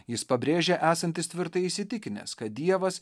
jis pabrėžė esantis tvirtai įsitikinęs kad dievas